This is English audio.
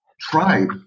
tribe